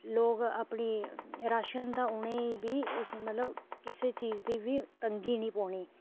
अपनी राशन दा उ'नेंगी बी मतलब किसे चीज दी तंगी नी पौनी